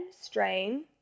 strain